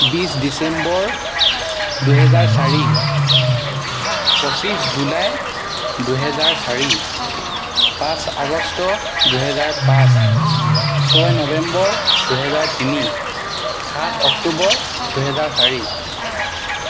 বিশ ডিচেম্বৰ দুহেজাৰ চাৰি পঁচিছ জুলাই দুহেজাৰ চাৰি পাঁচ আগষ্ট দুহেজাৰ পাঁচ ছয় নৱেম্বৰ দুহেজাৰ তিনি সাত অক্টোবৰ দুহেজাৰ চাৰি